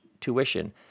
tuition